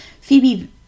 Phoebe